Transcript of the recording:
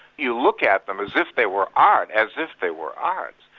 you look at them as if they were art, as if they were art.